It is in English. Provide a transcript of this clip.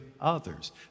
others